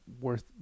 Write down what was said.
worth